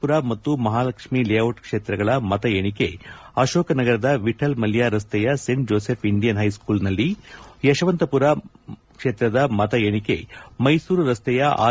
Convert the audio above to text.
ಪುರ ಮತ್ತು ಮಹಾಲಕ್ಷ್ಮೀ ಲೇಔಟ್ ಕ್ಷೇತ್ರಗಳ ಮತ ಎಣಿಕೆ ಅಶೋಕಸಗರದ ವಿಶಲ್ ಮಲ್ಯ ರಸ್ತೆಯ ಸೇಂಟ್ ಜೋಸೆಫ್ ಇಂಡಿಯನ್ ಹೈಸ್ಕೂಲ್ನಲ್ಲಿ ಯಶವಂತಪುರ ಮತ ಎಣಿಕೆ ಮೈಸೂರು ರಸ್ತೆಯ ಆರ್